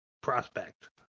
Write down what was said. prospect